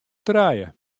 trije